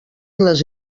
les